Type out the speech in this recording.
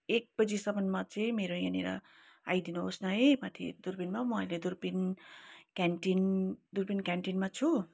एक बजीसम्ममा चाहिँ मेरो यहाँनिर आइदिनुहोस् न है माथि दुर्पिनमा म अहिले दुर्पिन क्यानटिन दुर्पिन क्यान्टिनमा छु